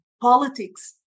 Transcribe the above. politics